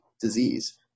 disease